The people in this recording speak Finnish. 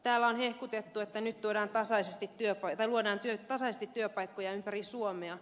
täällä on hehkutettu että nyt luodaan tasaisesti työpaikkoja ympäri suomea